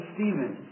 Stephen